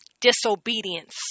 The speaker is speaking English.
disobedience